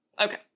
okay